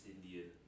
Indian